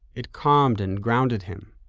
it calmed and grounded him.